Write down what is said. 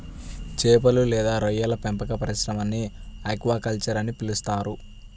చేపలు లేదా రొయ్యల పెంపక పరిశ్రమని ఆక్వాకల్చర్ అని పిలుస్తారు